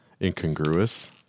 incongruous